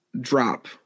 drop